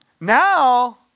Now